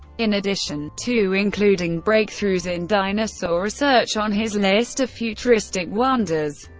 in addition to including breakthroughs in dinosaur research on his list of futuristic wonders,